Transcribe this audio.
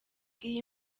iyi